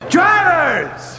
Drivers